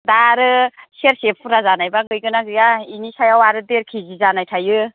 दा आरो सेर से फुरा जानायबा गैगोनना गैया बेनि सायाव आरो देर केजि जानाय थायो